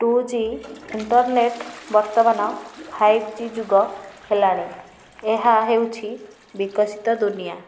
two G internet ବର୍ତ୍ତମାନ five G ଯୁଗ ହେଲାଣି ଏହା ହେଉଛି ବିକଶିତ ଦୁନିଆ